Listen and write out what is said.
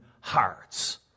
hearts